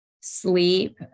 sleep